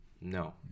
No